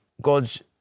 God's